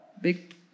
big